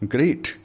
Great